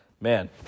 man